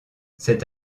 cet